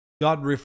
God